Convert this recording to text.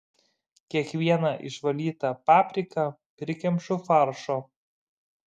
kiekvieną išvalytą papriką prikemšu faršo